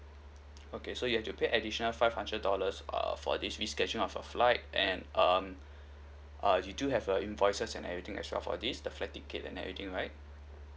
okay so you have to pay additional five hundred dollars a a four dish description of a flight and um uh you do have a invoices and everything extra for this the flight ticket and everything right